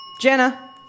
Jenna